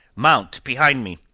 mount behind me.